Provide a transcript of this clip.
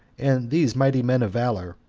and these mighty men of valor,